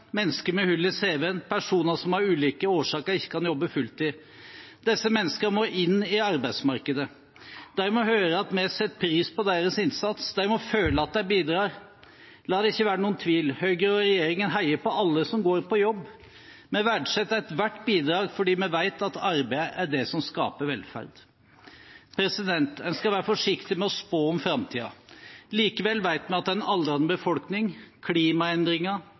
mennesker med hull i cv-en, personer som av ulike årsaker ikke kan jobbe fulltid. Disse menneskene må inn i arbeidsmarkedet. De må høre at vi setter pris på deres innsats. De må føle at de bidrar. La det ikke være noen tvil: Høyre og regjeringen heier på alle som går på jobb. Vi verdsetter ethvert bidrag, for vi vet at arbeid er det som skaper velferd. Man skal være forsiktig med å spå om framtiden. Likevel vet vi at en aldrende befolkning, klimaendringer,